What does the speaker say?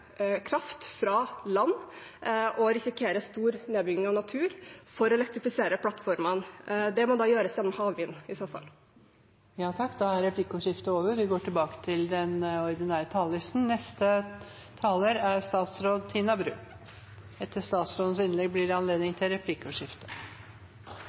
kraft fra land og risikere stor nedbygging av natur for å elektrifisere plattformene. Det må i så fall gjøres gjennom havvind. Replikkordskiftet er omme. Vi er i